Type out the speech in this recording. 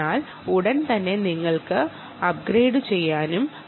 എന്നാൽ ഉടൻ തന്നെ നിങ്ങൾക്ക് അപ്ഗ്രേഡുചെയ്യാനും കഴിയും